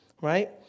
Right